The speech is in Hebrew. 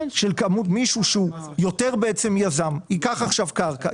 מישהו שהוא יותר יזם ייקח עכשיו קרקע,